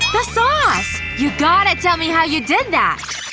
the sauce! you gotta tell me how you did that!